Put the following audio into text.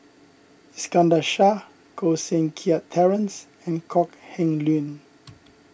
Iskandar Shah Koh Seng Kiat Terence and Kok Heng Leun